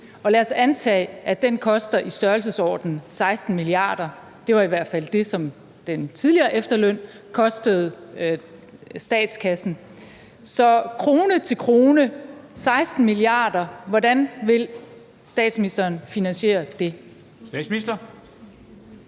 Og lad os antage, at den koster i størrelsesordenen 16 mia. kr.; det var i hvert fald det, som den tidligere efterløn kostede statskassen. Så krone til krone, 16 mia. kr.: Hvordan vil statsministeren finansiere det? Kl.